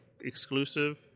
exclusive